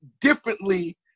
differently